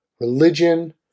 religion